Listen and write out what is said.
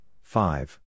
five